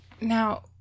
Now